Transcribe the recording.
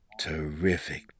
Terrific